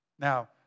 Now